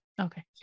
Okay